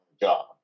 job